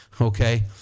okay